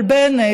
אבל בנט,